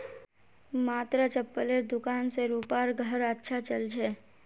मात्र चप्पलेर दुकान स रूपार घर अच्छा चल छ